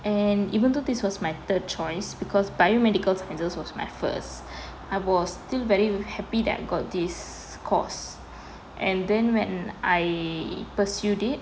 and even though this was my third choice because biomedical sciences was my first I was still very happy that got this course and then when I pursued it